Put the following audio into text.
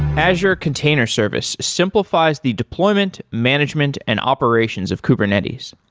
azure container service simplifies the deployment, management and operations of kubernetes.